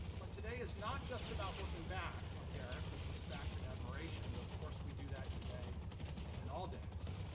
but today is not just about looking back on derrick with respect and admiration, of course we do that today and in all days,